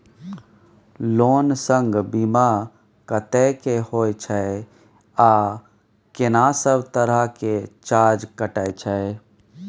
Loan संग बीमा कत्ते के होय छै आ केना सब तरह के चार्ज कटै छै?